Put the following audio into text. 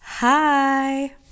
Hi